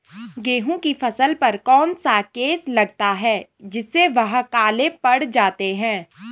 गेहूँ की फसल पर कौन सा केस लगता है जिससे वह काले पड़ जाते हैं?